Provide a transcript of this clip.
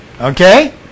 Okay